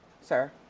sir